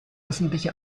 öffentliche